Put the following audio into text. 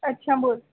अच्छा बोल